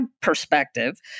perspective